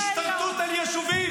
השתלטות על יישובים,